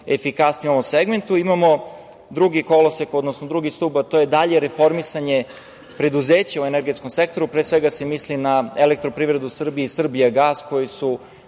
efikasniji u ovom segmentu. Imamo drugi kolosek, odnosno drugi stub, a to je dalje reformisanje preduzeća u energetskom sektoru. Pre svega se misli na „Elektroprivredu Srbije“ i „Srbijagas“, koji su,